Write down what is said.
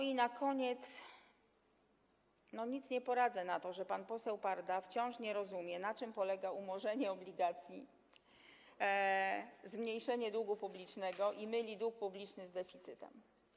I na koniec powiem, że nic nie poradzę na to, że pan poseł Parda wciąż nie rozumie, na czym polega umorzenie obligacji, zmniejszenie długu publicznego, że myli dług publiczny z deficytem.